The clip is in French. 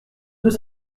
deux